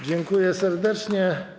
Dziękuję serdecznie.